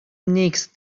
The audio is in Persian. نیکز